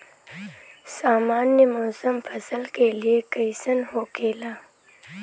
सामान्य मौसम फसल के लिए कईसन होखेला?